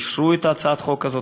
אישרו את הצעת החוק הזאת,